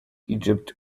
egypt